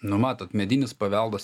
nu matot medinis paveldas